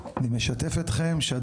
אני משתף אתכם,